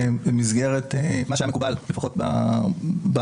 במסגרת מה שהיה מקובל לפחות בעבר,